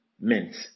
meant